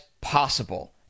possible